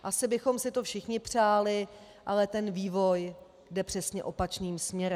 Asi bychom si to všichni přáli, ale vývoj jde přesně opačným směrem.